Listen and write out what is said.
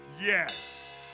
yes